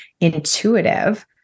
intuitive